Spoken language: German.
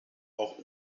auch